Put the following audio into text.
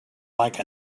like